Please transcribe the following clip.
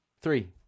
Three